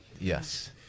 Yes